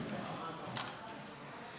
ההצעה להעביר את הצעת חוק העונשין (תיקון,